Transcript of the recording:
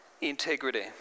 integrity